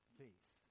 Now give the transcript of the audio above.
face